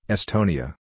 Estonia